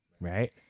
Right